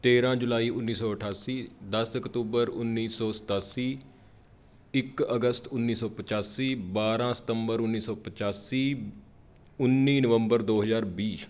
ਤੇਰਾਂ ਜੁਲਾਈ ਉੱਨੀ ਸੌ ਅਠਾਸੀ ਦਸ ਅਕਤੂਬਰ ਉੱਨੀ ਸੌ ਸਤਾਸੀ ਇੱਕ ਅਗਸਤ ਉੱਨੀ ਸੌ ਪਚਾਸੀ ਬਾਰਾਂ ਸਤੰਬਰ ਉੱਨੀ ਸੌ ਪਚਾਸੀ ਉੱਨੀ ਨਵੰਬਰ ਦੋ ਹਜ਼ਾਰ ਵੀਹ